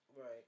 Right